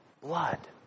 blood